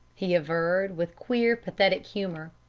he averred, with queer, pathetic humor.